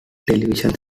television